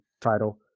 title